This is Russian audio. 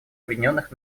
объединенных